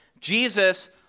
Jesus